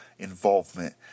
Involvement